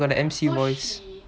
got the emcee voice